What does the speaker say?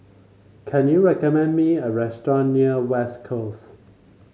can you recommend me a restaurant near West Coast